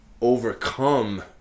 overcome